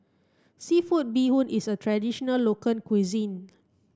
seafood bee hoon is a traditional local cuisine